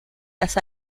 las